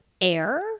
air